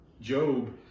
Job